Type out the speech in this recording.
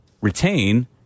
retain